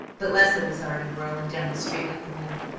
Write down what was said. but leslie was already whirling down the street like the wind.